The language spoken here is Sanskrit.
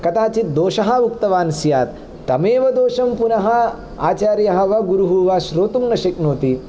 कदाचित् दोषः उक्तवान् स्यात् तमेवदोषं पुनः आचार्यः वा गुरुः वा श्रोतुं न शक्नोति